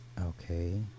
Okay